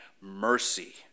mercy